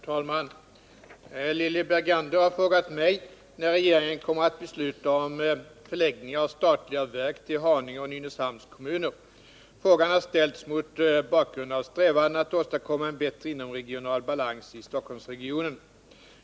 Herr talman! Lilly Bergander har frågat mig när regeringen kommer att besluta om förläggning av statliga verk till Haninge och Nynäshamns kommuner. Frågan har ställts mot bakgrund av strävandena att åstadkomma en bättre inomregional balans i Stockholmsregionen.